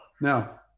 Now